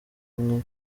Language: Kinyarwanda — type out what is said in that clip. umwe